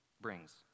brings